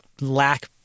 lack